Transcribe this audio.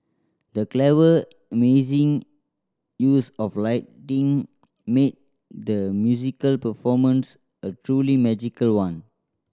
the clever amazing use of lighting made the musical performance a truly magical one